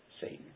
Satan